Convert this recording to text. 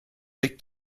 liegt